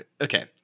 Okay